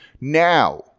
Now